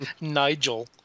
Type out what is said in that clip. Nigel